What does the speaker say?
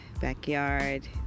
backyard